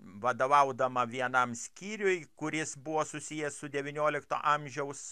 vadovaudama vienam skyriui kuris buvo susijęs su devyniolikto amžiaus